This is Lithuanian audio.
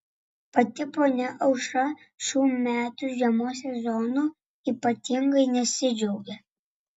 pati ponia aušra šių metų žiemos sezonu ypatingai nesidžiaugia